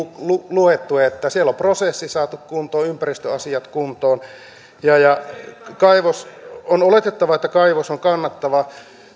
lukeneet että siellä on prosessi saatu kuntoon ympäristöasiat kuntoon on oletettavaa että kaivos on kannattava